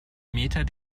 meter